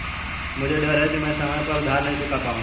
मुझे डर है कि मैं समय पर उधार नहीं चुका पाऊंगा